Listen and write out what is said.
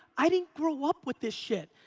i didn't grow up with this shit.